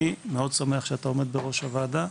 אני מאוד שמח שאתה עומד בראש הוועדה,